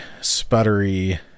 sputtery